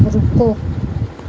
ਰੁਕੋ